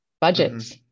budgets